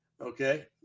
Okay